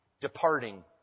departing